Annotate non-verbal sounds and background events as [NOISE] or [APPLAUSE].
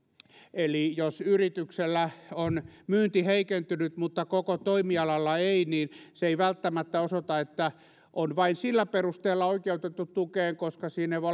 eli jos yrityksellä on myynti heikentynyt mutta koko toimialalla ei niin se ei välttämättä osoita että on vain sillä perusteella oikeutettu tukeen koska siinä voi [UNINTELLIGIBLE]